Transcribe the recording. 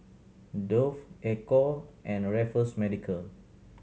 Dove Ecco and Raffles Medical